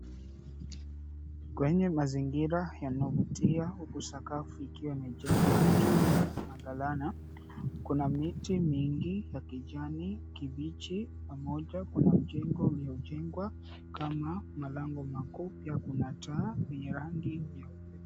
Kwenye mazingira yanayovutia, huku sakafu ikiwa imejengwa kutumia magalana. Kuna miti mingi ya kijani kibichi pamoja kuna mjengo uliojengwa kama malango makuuu, pia kuna taa yenye rangi nyeupe.